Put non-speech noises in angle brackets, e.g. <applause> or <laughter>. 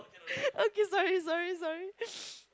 okay sorry sorry sorry <noise>